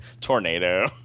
Tornado